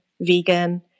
vegan